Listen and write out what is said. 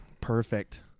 Perfect